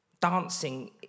dancing